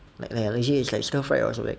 like ya like legit eh it's stir fried also like